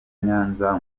nyanza